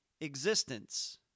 existence